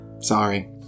Sorry